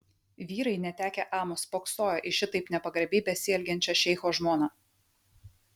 vyrai netekę amo spoksojo į šitaip nepagarbiai besielgiančią šeicho žmoną